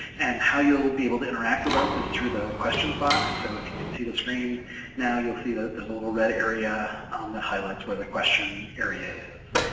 and how you'll be able to interact with us is through the questions box, so if you can see the screen now, you'll see that there's a little red area that highlights where the question area is.